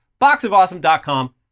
Boxofawesome.com